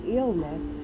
illness